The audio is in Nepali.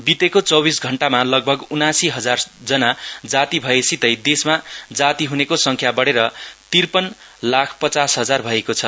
बितेको चौबीस घण्टामा लगभग उनासी हजार जना जाति भएसितै देशमा जाति हुनेको संङ्ख्या बढेर तिर्पन लाख पचास हजार भएको छ